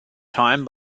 time